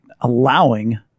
allowing